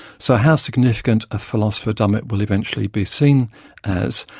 so, how significant a philosopher dummett will eventually be seen as,